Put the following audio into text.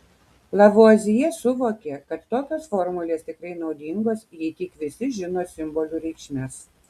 lavuazjė suvokė kad tokios formulės tikrai naudingos jei tik visi žino simbolių reikšmes